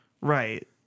Right